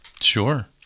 Sure